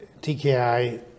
TKI